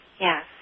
Yes